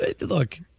Look